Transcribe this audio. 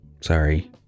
Sorry